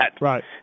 Right